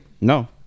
No